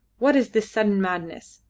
what is this sudden madness?